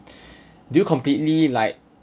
did you completely like